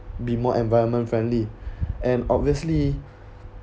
be more environment friendly and obviously